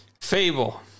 Fable